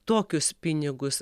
tokius pinigus